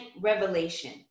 revelation